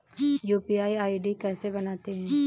UPI ID कैसे बनाते हैं?